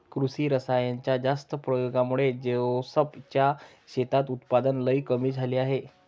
कृषी रासायनाच्या जास्त प्रयोगामुळे जोसेफ च्या शेतात उत्पादन लई कमी झाले आहे